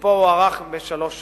ותוקפו הוארך בשלוש שנים.